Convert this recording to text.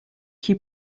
qui